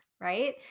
Right